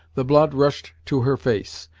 the blood rushed to her face,